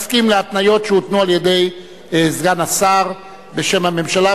מסכים להתניות שהותנו על-ידי סגן השר בשם הממשלה,